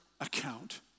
account